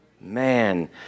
man